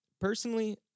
Personally